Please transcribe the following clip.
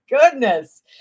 goodness